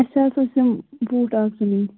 اَسہِ حظ ٲس یِم بوٗٹ اَکھ زٕ نِنۍ